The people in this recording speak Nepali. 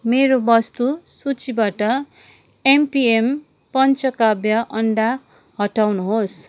मेरो वस्तु सूचीबाट एमपिएम पञ्चकाव्य अन्डा हटाउनुहोस्